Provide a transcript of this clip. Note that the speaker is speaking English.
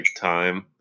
time